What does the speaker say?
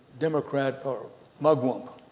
democrat, or mugwump,